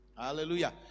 hallelujah